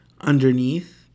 underneath